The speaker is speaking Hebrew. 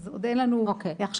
אז עוד אין לנו הכשרה,